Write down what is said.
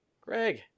Greg